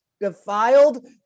defiled